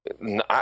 No